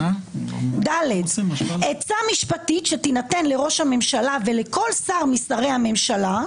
(ד) "עצה משפטית שתינתן לראש הממשלה וכל שר משרי הממשלה,